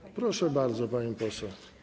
Proszę bardzo, pani poseł.